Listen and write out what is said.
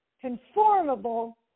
conformable